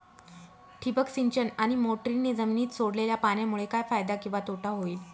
ठिबक सिंचन आणि मोटरीने जमिनीत सोडलेल्या पाण्यामुळे काय फायदा किंवा तोटा होईल?